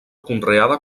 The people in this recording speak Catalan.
conreada